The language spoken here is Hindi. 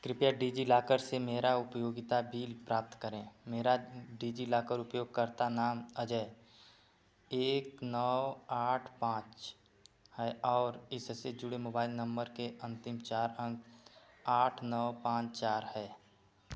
कृपया डिजिलॉकर से मेरा उपयोगिता बिल प्राप्त करें मेरा डिजिलॉकर उपयोगकर्ता नाम अजय एक नौ आठ पांच है और इससे जुड़े मोबाइल नंबर के अंतिम चार अंक आठ नौ पांच चार है